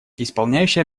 исполняющий